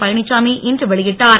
பழனிச்சாமி இன்று வெளியிட்டார்